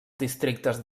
districtes